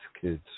kids